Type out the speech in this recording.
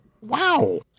Wow